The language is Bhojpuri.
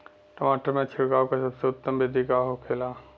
टमाटर में छिड़काव का सबसे उत्तम बिदी का होखेला?